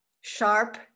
sharp